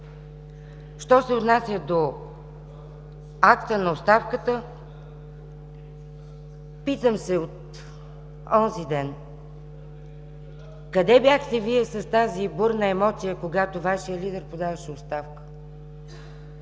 Що се отнася до акта на оставката, питам се от онзи ден: къде бяхте Вие с тази бурна емоция, когато Вашият лидер подаваше оставка?